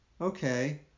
Okay